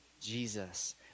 Jesus